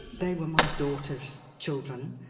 they were my daughter's children,